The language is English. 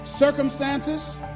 circumstances